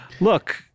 Look